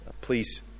Please